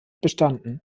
bestanden